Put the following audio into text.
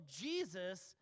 Jesus